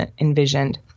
envisioned